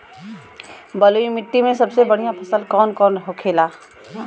बलुई मिट्टी में सबसे बढ़ियां फसल कौन कौन होखेला?